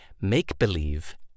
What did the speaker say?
Make-believe